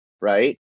right